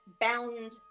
bound